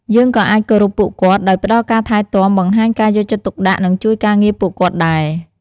យើងក៏អាចគោរពពួកគាត់ដោយផ្ដល់ការថែទាំ បង្ហាញការយកចិត្តទុកដាក់ និងជួយការងារពួកគាត់ដែរ។